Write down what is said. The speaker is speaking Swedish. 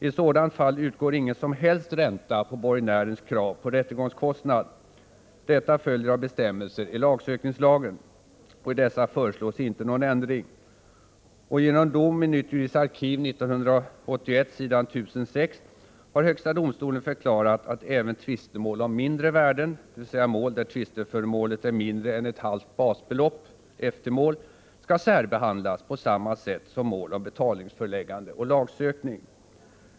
I sådant fall utgår ingen som helst ränta på borgenärens krav på rättegångskostnad. Detta följer av bestämmelser i lagsökningslagen. Och i dessa föreslås inte någon ändring. Genom dom i Nytt juridiskt arkiv 1981 s. 1006 har högsta domstolen förklarat att även tvistemål om mindre värden, dvs. mål där tvisteföremålet är mindre än ett halvt basbelopp skall särbehandlas på samma sätt som mål om betalningsföreläggande och lagsökning.